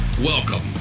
welcome